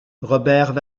robert